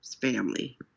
family